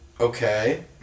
Okay